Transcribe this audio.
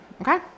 Okay